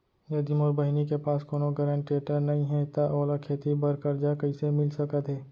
यदि मोर बहिनी के पास कोनो गरेंटेटर नई हे त ओला खेती बर कर्जा कईसे मिल सकत हे?